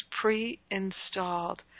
pre-installed